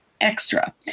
extra